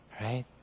Right